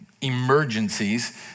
emergencies